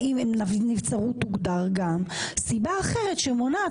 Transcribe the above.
שנבצרות תוגדר גם מסיבה אחרת שמונעת